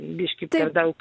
biškį per daug